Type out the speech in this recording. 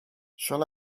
shall